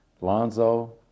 Lonzo